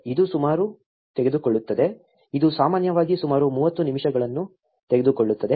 ಇದು ಸುಮಾರು ತೆಗೆದುಕೊಳ್ಳುತ್ತದೆ ಇದು ಸಾಮಾನ್ಯವಾಗಿ ಸುಮಾರು 30 ನಿಮಿಷಗಳನ್ನು ತೆಗೆದುಕೊಳ್ಳುತ್ತದೆ